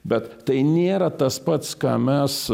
bet tai nėra tas pats ką mes